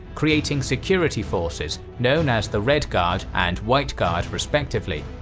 creating security forces known as the red guard and white guard, respectively.